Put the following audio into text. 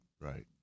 Right